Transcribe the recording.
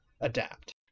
adapt